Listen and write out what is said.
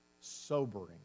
sobering